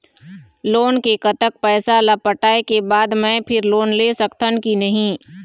Loan के कतक पैसा ला पटाए के बाद मैं फिर लोन ले सकथन कि नहीं?